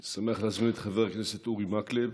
אני שמח להזמין את חבר הכנסת אורי מקלב.